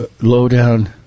low-down